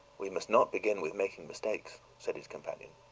we must not begin with making mistakes, said his companion.